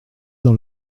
dans